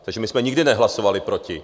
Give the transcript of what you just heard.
Takže my jsme nikdy nehlasovali proti.